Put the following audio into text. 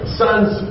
son's